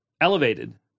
elevated